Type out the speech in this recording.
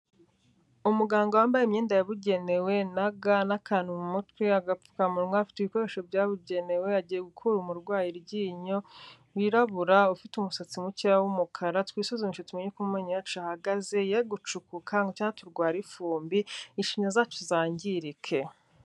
Umuganga wambaye imyenda yabugenewe na ga n'akantu mu mutwe, agapfukamunwa, afite ibikoresho byabugenewe, agiye gukura umurwayi iryinyo, wirabura ufite umusatsi mukeya w'umukara, twisuzumishe tumenye uko amenyo yacu ahagaze ye gucukuka cyangwa turware ifumbi, ishino zacu zangirike.